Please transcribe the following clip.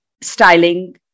styling